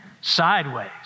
sideways